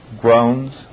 groans